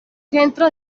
centro